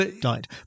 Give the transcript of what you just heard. died